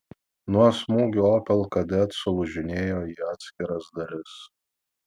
nuo smūgių opel kadett sulūžinėjo į atskiras dalis